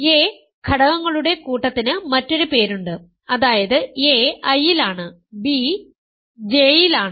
a ഘടകങ്ങളുടെ കൂട്ടത്തിന് മറ്റൊരു പേരുണ്ട് അതായത് a I യിലാണ് b യിലാണ്